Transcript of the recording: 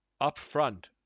upfront